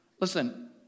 listen